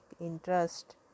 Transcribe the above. interest